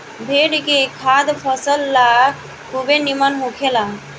भेड़ के खाद फसल ला खुबे निमन होखेला